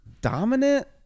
dominant